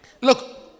Look